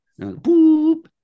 Boop